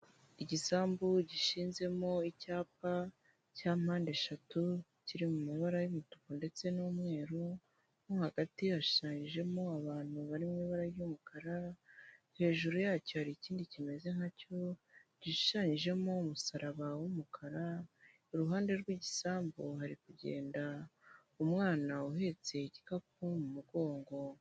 Igisambu gishizemo icyapa cya mpande eshatu kiri mu mabara y'umutuku ndetse n'umweru, mo hagati hashushanyijemo abantu bari mu ibara ry'umukara, hejuru yacyo hari ikindi kimeze nkacyo gishushanyijemo umusaraba w'umukara, iruhande rw'igisambu hari kugenda umwana uhetse igikapu mu mugongo.